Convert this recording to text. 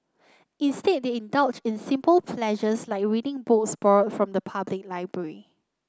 instead they indulge in simple pleasures like reading books borrowed from the public library